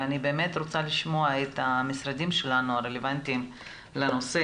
ואני באמת רוצה לשמוע את המשרדים הרלוונטיים לנושא,